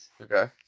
Okay